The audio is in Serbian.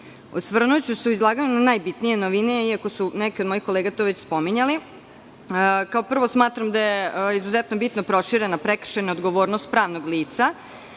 se u izlaganju na najbitnije novine, iako su neke od mojih kolega to već spominjali. Kao prvo, smatram da je izuzetno bitno proširena prekršajna odgovornost pravnog lica.